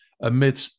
amid